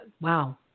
Wow